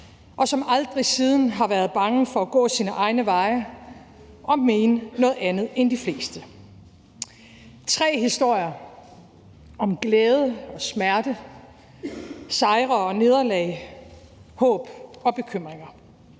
og som aldrig siden har været bange for at gå sine egne veje og mene noget andet end de fleste. Det er tre historier om glæde og smerte, sejre og nederlag, håb og bekymringer.